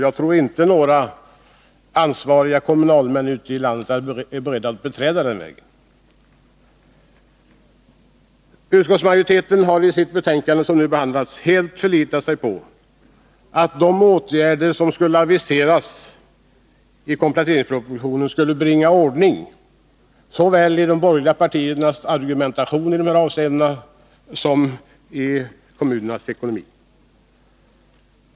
Jag tror inte några ansvariga kommunalmän ute i landet är beredda att beträda den vägen. Utskottsmajoriteten har i det betänkande som nu behandlas helt förlitat sig på att de åtgärder som aviseras i kompletteringspropositionen skall bringa ordning såväl i de borgerliga partiernas argumentation i de här avseendena som i kommunernas ekonomi.